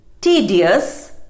tedious